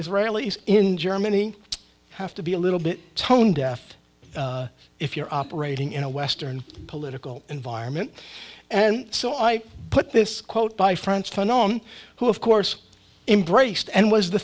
israelis in germany have to be a little bit tone deaf if you're operating in a western political environment and so i put this quote by france turned on who of course embraced and was the